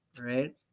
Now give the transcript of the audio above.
right